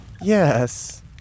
yes